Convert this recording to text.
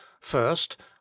first